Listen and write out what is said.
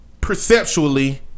perceptually